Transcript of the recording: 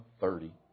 thirty